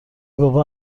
بابا